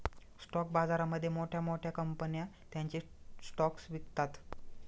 stock बाजारामध्ये मोठ्या मोठ्या कंपन्या त्यांचे स्टॉक्स विकतात